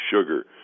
sugar